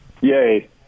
Yay